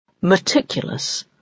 Meticulous